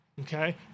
okay